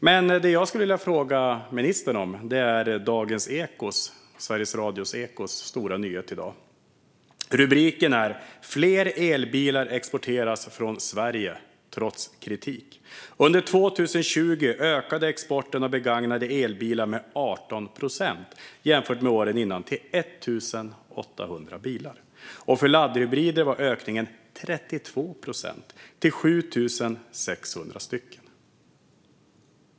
Det som jag skulle vilja fråga ministern gäller Sveriges Radios och Ekots stora nyhet i dag, med rubriken "Fler elbilar exporteras från Sverige - trots kritik". Man säger att "under 2020 ökade exporten av begagnade elbilar med 18 procent jämfört med året innan till 1 800 bilar och för laddhybrider var ökningen 32 procent, till 7 600 stycken."